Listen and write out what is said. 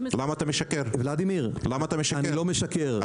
ולדימיר, אני לא משקר.